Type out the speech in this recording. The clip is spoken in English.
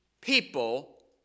people